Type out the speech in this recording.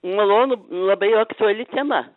malonu labai aktuali tema